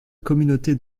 communauté